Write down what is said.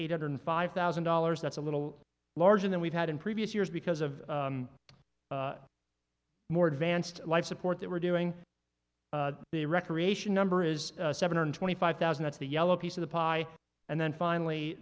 eight hundred five thousand dollars that's a little larger than we've had in previous years because of more advanced life support that we're doing the recreation number is seven hundred twenty five thousand at the yellow piece of the pie and then finally